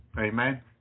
Amen